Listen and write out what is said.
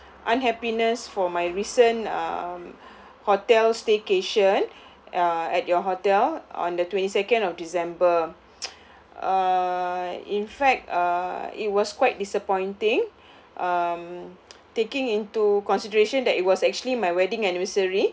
unhappiness for my recent um hotel staycation uh at your hotel on the twenty second of december uh in fact uh it was quite disappointing um taking into consideration that it was actually my wedding anniversary